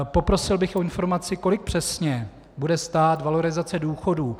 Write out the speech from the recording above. Poprosil bych o informaci, kolik přesně bude stát valorizace důchodů.